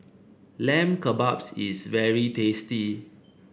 Lamb Kebabs is very tasty